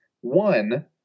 One